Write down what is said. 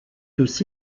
aussi